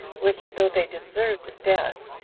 which, though they deserved death,